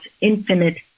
infinite